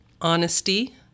honesty